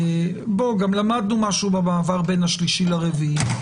גם למדנו משהו במעבר בין הגלים השלישי לרביעי.